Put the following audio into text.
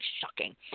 shocking